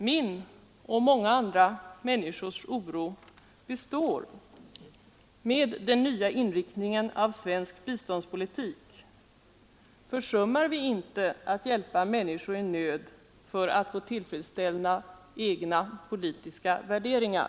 Min och många andra människors oro består med den nya inriktningen av svensk biståndspolitik. Försummar vi inte att hjälpa människor i nöd för att få tillfredsställa egna politiska värderingar?